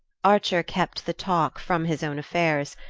archer kept the talk from his own affairs,